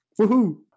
Woohoo